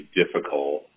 difficult